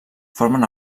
formen